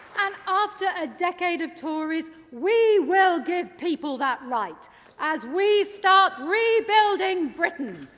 and after a decade of tories we will give people that right as we start rebuilding britain.